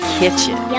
kitchen